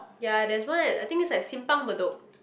ya there's one at I think it's at Simpang-Bedok